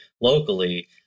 locally